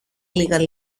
λίγα